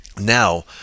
Now